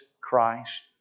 Christ